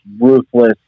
ruthless